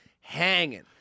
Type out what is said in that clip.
hanging